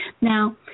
Now